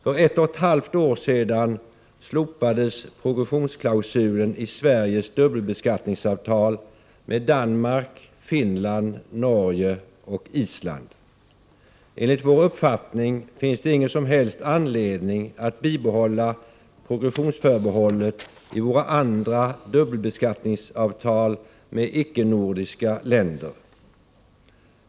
För ett och ett halvt år sedan slopades progressionsklausulen i Sveriges dubbelbeskattningsavtal med Danmark, Finland, Norge och Island. Enligt vår uppfattning finns det ingen som helst anledning att bibehålla progressionsförbehållet i våra andra dubbelbeskattningsavtal med icke-nordiska länder.